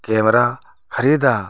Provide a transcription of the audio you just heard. camera ख़रीदा